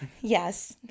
Yes